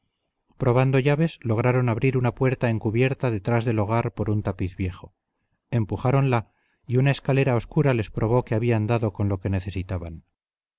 probando llaves lograron abrir una puerta encubierta detrás del hogar por un tapiz viejo empujáronla y una escalera oscura les probó que habían dado con lo que necesitaban